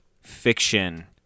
fiction